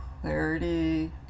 clarity